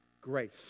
Grace